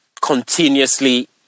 continuously